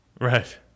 Right